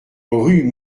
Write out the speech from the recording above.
rue